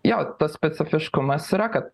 jo tas specifiškumas yra kad